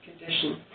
condition